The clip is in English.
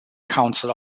council